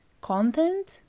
Content